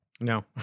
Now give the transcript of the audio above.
No